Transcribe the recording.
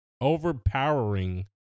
overpowering